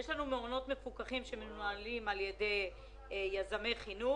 יש את המעונות המפוקחים שמנוהלים על ידי יזמי חינוך